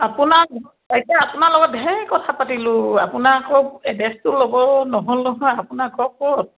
আপোনাক বাইদেউ আপোনাৰ লগত ঢেৰ কথা পাতিলোঁ আপোনাৰ আকৌ এড্ৰেছটো ল'ব নহ'ল নহয় আপোনাৰ ঘৰ ক'ত